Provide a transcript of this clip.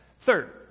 Third